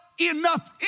enough